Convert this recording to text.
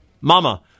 Mama